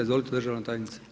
Izvolite državna tajnice.